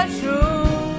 true